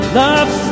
love